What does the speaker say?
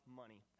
money